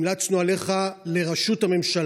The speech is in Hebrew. המלצנו עליך לראשות הממשלה,